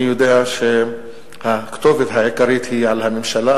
אני יודע שהכתובת העיקרית היא הממשלה,